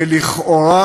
ולכאורה